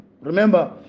Remember